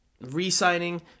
re-signing